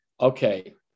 okay